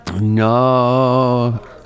No